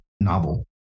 novel